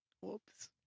Whoops